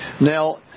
Now